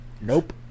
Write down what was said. Nope